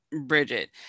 Bridget